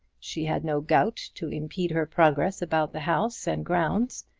she had no gout to impede her progress about the house and grounds,